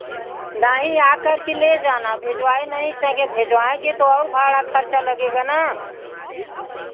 नहीं आ कर के ले जाना भिजवाए नहीं सकेंगे भिजवाएंगी तो और भाड़ा खर्चा लगेगा ना